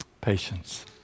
Patience